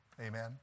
Amen